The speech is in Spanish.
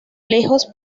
lejos